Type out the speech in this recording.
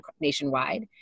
nationwide